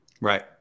Right